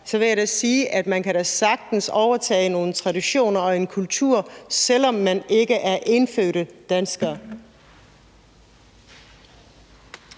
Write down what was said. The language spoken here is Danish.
vil jeg da sige, at man sagtens kan overtage nogle traditioner og en kultur, selv om man ikke er indfødt dansker.